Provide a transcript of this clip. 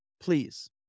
Please